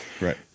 Right